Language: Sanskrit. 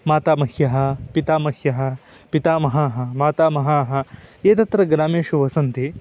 मातामह्यः पितामह्यः पितामहः मातामहः ये तत्र ग्रामेषु वसन्ति